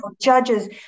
judges